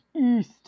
east